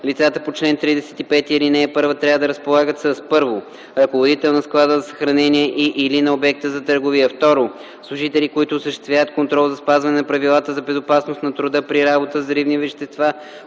лицата по чл. 35, ал. 1 трябва да разполагат със: 1. ръководител на склада за съхранение и/или на обекта за търговия; 2. служители, които осъществяват контрол за спазване на правилата за безопасност на труда при работа с взривни вещества,